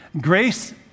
Grace